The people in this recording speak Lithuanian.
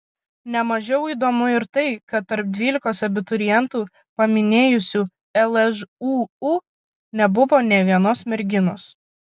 ne mažiau įdomu ir tai kad tarp dvylikos abiturientų paminėjusių lžūu nebuvo nė vienos merginos